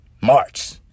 March